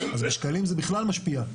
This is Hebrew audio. אז בשקלים זה בכלל משפיע.